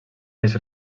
les